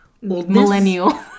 millennial